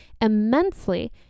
immensely